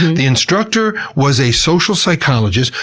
the instructor was a social psychologist,